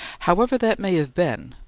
however that may have been,